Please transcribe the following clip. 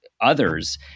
others